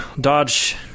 dodge